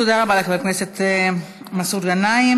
תודה רבה לחבר הכנסת מסעוד גנאים.